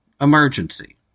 emergency